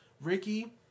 Ricky